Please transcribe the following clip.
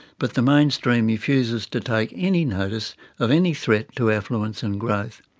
but the mainstream refuses to take any notice of any threat to affluence and growth.